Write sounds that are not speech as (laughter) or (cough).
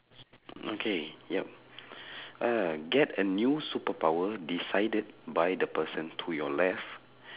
okay yup (breath) uh get a new superpower decided by the person to your left